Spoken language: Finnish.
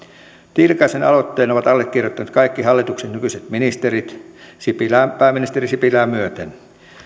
tiilikaisen aloitteen ovat allekirjoittaneet kaikki hallituksen nykyiset ministerit pääministeri sipilää myöten